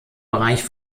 bereich